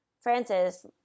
Francis